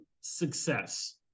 success